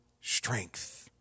strength